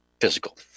physical